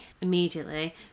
immediately